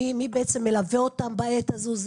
מי בעצם מלווה אותם בעת הזו?